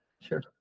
sure